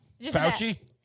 Fauci